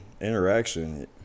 interaction